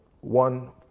One